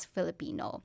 Filipino